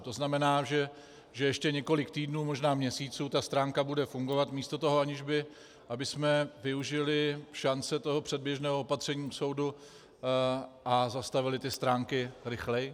To znamená, že ještě několik týdnů, možná měsíců ta stránka bude fungovat místo toho, aniž bychom využili šance toho předběžného opatření u soudu a zastavili ty stránky rychleji?